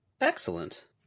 excellent